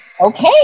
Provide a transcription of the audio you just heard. Okay